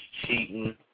cheating